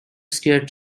stair